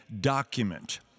document